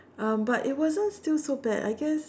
um but it wasn't still so bad I guess